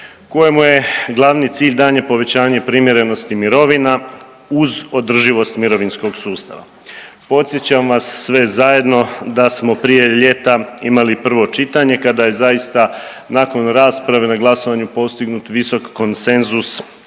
kojemu je glavni cilj daljnje povećanje primjerenosti mirovina uz održivost mirovinskog sustava. Podsjećam vas sve zajedno da smo prije ljeta imali prvo čitanje kada je zaista nakon rasprave na glasovanju postignut visok konsenzus